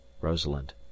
Rosalind